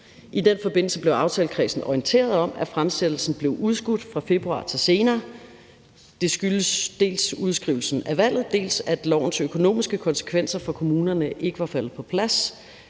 I den forbindelse blev aftalekredsen orienteret om, at fremsættelsen blev udskudt fra februar til senere. Det skyldes dels udskrivelsen af valget, dels at lovens økonomiske konsekvenser for kommunerne ikke var faldet på plads